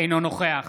אינו נוכח